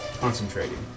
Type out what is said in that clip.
Concentrating